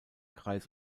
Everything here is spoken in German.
kreis